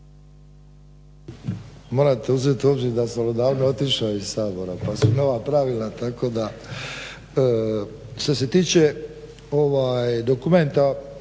Morate uzeti u obzir da sam odavno otišao iz Sabora pa su nova pravila. Što se tiče dokumenta